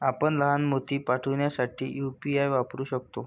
आपण लहान मोती पाठविण्यासाठी यू.पी.आय वापरू शकता